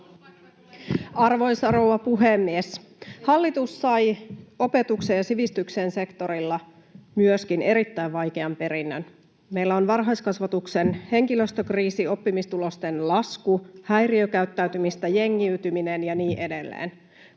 Arvoisa rouva puhemies! Hallitus sai myöskin opetuksen ja sivistyksen sektorilla erittäin vaikean perinnön. Meillä on varhaiskasvatuksen henkilöstökriisi, oppimistulosten lasku, häiriökäyttäytymistä, jengiytyminen ja niin edelleen.